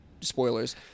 Spoilers